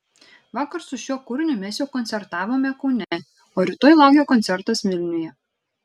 vakar su šiuo kūriniu mes jau koncertavome kaune o rytoj laukia koncertas vilniuje